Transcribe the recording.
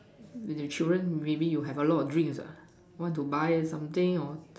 the children maybe you have many dreams ah want to buy something or